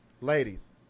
Ladies